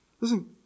Listen